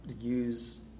use